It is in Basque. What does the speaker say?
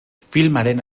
filmaren